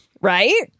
Right